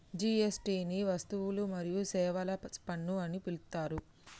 GST ని వస్తువులు మరియు సేవల పన్ను అని పిలుత్తారు